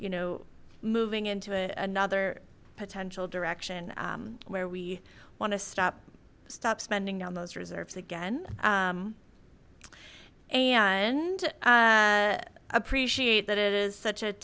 you know moving into another potential direction where we want to stop stop spending down those reserves again and appreciate that it is such a